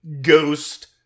Ghost